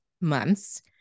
months